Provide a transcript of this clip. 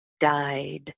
died